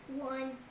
One